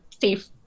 safe